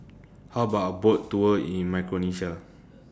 How about A Boat Tour in Micronesia